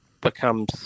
becomes